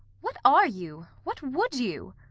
what are you? what would you?